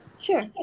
Sure